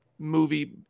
movie